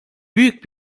büyük